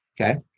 Okay